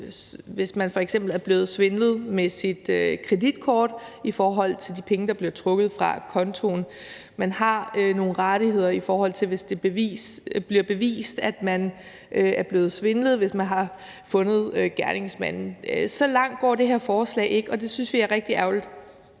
hvis der f.eks. er blevet svindlet med ens kreditkort, i forhold til de penge, der bliver trukket fra kontoen; man har nogle rettigheder, hvis det bliver bevist, at man har været udsat for svindel, hvis gerningsmanden er blevet fundet. Så langt går det her forslag ikke, og det synes vi er rigtig ærgerligt.